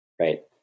right